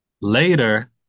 later